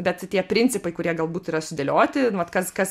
bet tie principai kurie galbūt yra sudėlioti nu vat kas kas